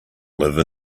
live